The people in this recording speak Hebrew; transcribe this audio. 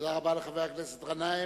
תודה רבה לחבר הכנסת גנאים.